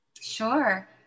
Sure